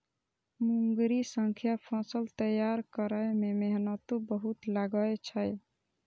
मूंगरी सं फसल तैयार करै मे मेहनतो बहुत लागै छै